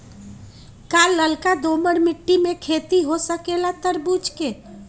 का लालका दोमर मिट्टी में खेती हो सकेला तरबूज के?